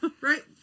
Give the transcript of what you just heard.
right